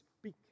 speak